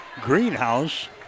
Greenhouse